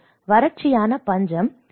வறட்சியான பஞ்சம் 86